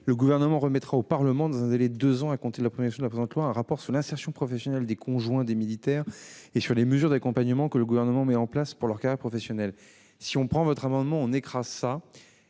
le Gouvernement remettra au Parlement, dans un délai de deux ans à compter de la promulgation de la loi, un rapport sur l'insertion professionnelle des conjoints des militaires et sur les mesures d'accompagnement que le Gouvernement met en place pour leurs carrières professionnelles. D'une certaine façon, madame la